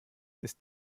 ist